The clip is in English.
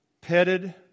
petted